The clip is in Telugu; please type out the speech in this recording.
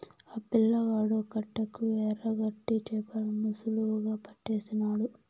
ఆ పిల్లగాడు కట్టెకు ఎరకట్టి చేపలను సులువుగా పట్టేసినాడు